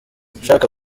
ushaka